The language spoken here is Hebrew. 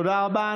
תודה רבה.